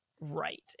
Right